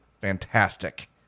fantastic